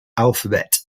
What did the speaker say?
alphabet